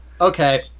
okay